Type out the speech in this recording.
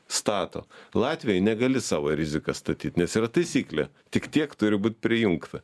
stato latvijoj negali savo rizika statyt nes yra taisyklė tik tiek turi būt prijungta